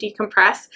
decompress